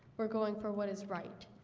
we're going for what is right?